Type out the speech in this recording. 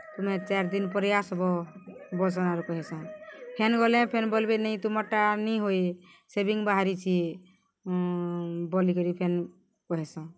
ତୁମେ ଚାର୍ ଦିନ୍ ପରେ ଆସ୍ବ ବଲ୍ସନ୍ ଆର୍ କହେସନ୍ ଫେନ୍ ଗଲେ ଫେନ୍ ବଲ୍ବେ ନେଇ ତୁମର୍ଟା ନି ହୁଏ ସେଭିଙ୍ଗ୍ ବାହାରିଛେ ବଲିକରି ଫେନ୍ କହେସନ୍